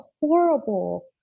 horrible